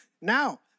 Now